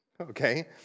Okay